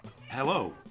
Hello